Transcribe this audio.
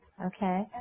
Okay